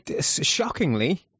shockingly